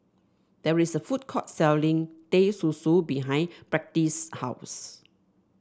there is a food court selling Teh Susu behind Patrice's house